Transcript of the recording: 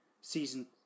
season